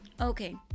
Okay